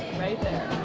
right there.